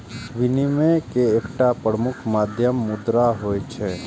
विनिमय के एकटा प्रमुख माध्यम मुद्रा होइ छै